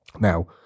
Now